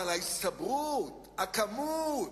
אבל ההצטברות, הכמות,